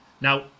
Now